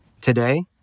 Today